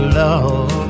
love